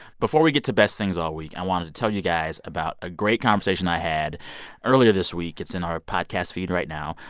before we get to best things all week, i wanted to tell you guys about a great conversation i had earlier this week. it's in our podcast feed right now.